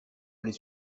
aller